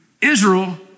Israel